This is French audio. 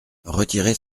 retirez